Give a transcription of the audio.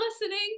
listening